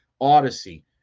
Odyssey